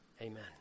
Amen